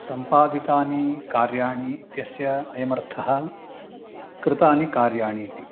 सम्पादितानि कार्याणीत्यस्य अयमर्थः कृतानि कार्याणि इति